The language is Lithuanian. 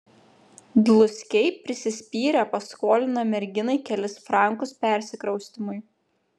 dluskiai prisispyrę paskolina merginai kelis frankus persikraustymui